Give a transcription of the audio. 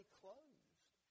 closed